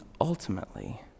ultimately